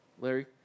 Larry